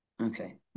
Okay